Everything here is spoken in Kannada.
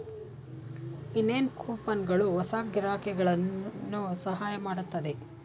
ಇನ್ನೇನ್ ಕೂಪನ್ಗಳು ಹೊಸ ಗಿರಾಕಿಗಳನ್ನು ಸಹಾಯ ಮಾಡುತ್ತದೆ